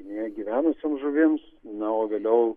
vandenyje gyvenusioms žuvims na o vėliau